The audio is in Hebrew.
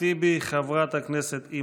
תודה לחבר הכנסת טיבי.